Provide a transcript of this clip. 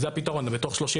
זה הפתרון.